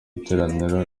iteraniro